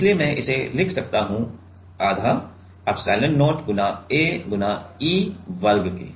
इसलिए मैं इसे लिख सकता हूं आधे एप्सिलॉन0 A × E वर्ग के